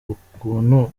ukuntu